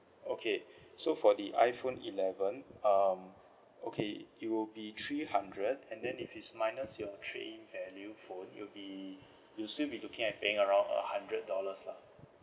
okay so for the iPhone eleven um okay it will be three hundred and then if we minus your trade in value phone it'll be you still be looking at paying around a hundred dollars lah